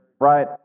right